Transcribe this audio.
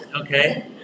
okay